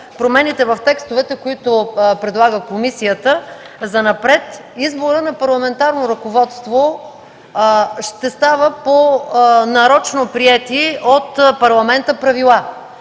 промените в текстовете, които предлага комисията, занапред изборът на парламентарно ръководство ще става по нарочно приети от Парламента правила.